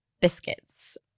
biscuits